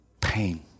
pain